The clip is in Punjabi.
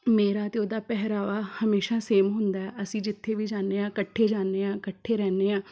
ਮੇਰਾ ਅਤੇ ਉਹਦਾ ਪਹਿਰਾਵਾ ਹਮੇਸ਼ਾ ਸੇਮ ਹੁੰਦਾ ਅਸੀਂ ਜਿੱਥੇ ਵੀ ਜਾਨੇ ਹਾਂ ਇਕੱਠੇ ਜਾਂਦੇ ਹਾਂ ਇਕੱਠੇ ਰਹਿੰਦੇ ਹਾਂ